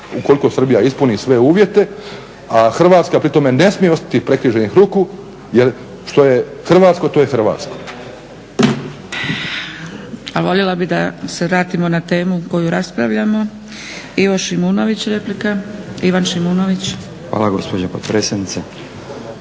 ukoliko Srbija ispuni sve uvjete, a Hrvatska pri tome ne smije ostati prekriženih ruku jel što je hrvatsko to je hrvatsko. **Zgrebec, Dragica (SDP)** Voljela bi se da se vratimo na temu koju raspravljamo. Ivan Šimunović, replika. **Šimunović, Ivan (HSP AS)** Hvala